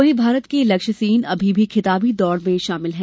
वहीं भारत के लक्ष्य सेन अभी भी खिताबी दौड़ में शामिल हैं